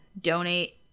donate